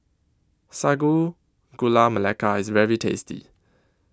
Sago Gula Melaka IS very tasty